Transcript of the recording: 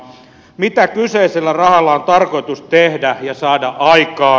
mitä kyseisellä rahalla on tarkoitus tehdä ja saada aikaan